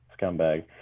scumbag